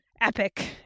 epic